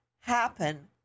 happen